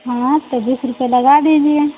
हाँ तो बीस रुपये लगा दीजिए